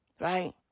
Right